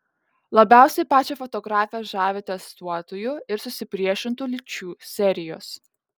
labiausiai pačią fotografę žavi testuotojų ir supriešintų lyčių serijos